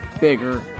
bigger